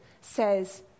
says